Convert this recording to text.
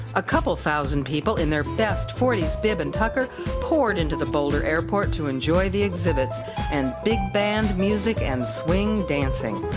a couple thousand people in their best forties bib and tucker poured into the boulder airport to enjoy the exhibits and big band music and swing dancing.